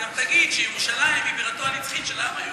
גם תגיד שירושלים היא בירתו הנצחית של העם היהודי.